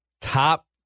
top